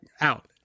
out